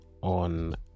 on